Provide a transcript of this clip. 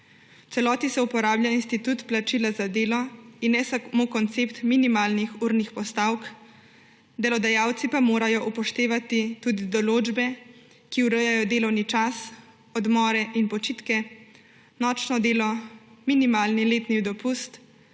celoti se uporablja institut plačila za delo in ne samo koncept minimalnih urnih postavk, delodajalci pa morajo upoštevati tudi določbe, ki urejajo delovni čas, odmore in počitke, nočno delo, minimalni letni dopust,